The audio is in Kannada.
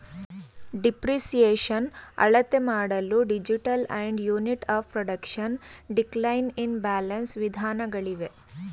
ಡಿಪ್ರಿಸಿಯೇಷನ್ ಅಳತೆಮಾಡಲು digital and unit of production, decline in balance ವಿಧಾನಗಳಿವೆ